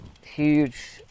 huge